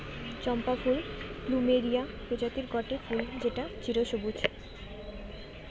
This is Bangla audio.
চম্পা ফুল প্লুমেরিয়া প্রজাতির গটে ফুল যেটা চিরসবুজ